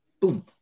Boom